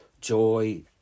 joy